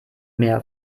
mehr